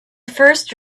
first